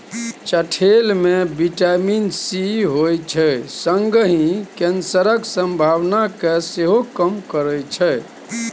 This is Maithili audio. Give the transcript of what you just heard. चठेल मे बिटामिन सी होइ छै संगहि कैंसरक संभावना केँ सेहो कम करय छै